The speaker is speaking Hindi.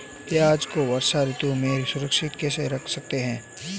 प्याज़ को वर्षा ऋतु में सुरक्षित कैसे रख सकते हैं?